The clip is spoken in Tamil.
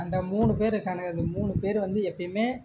அந்த மூணு பேர் இருக்கானுங்க அந்த மூணு பேரும் வந்து எப்பயுமே